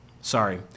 Sorry